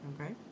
Okay